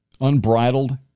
unbridled